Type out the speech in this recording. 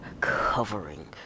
covering